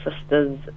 sister's